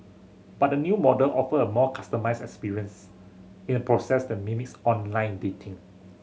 but the new model offer a more customised experience in a process that mimics online dating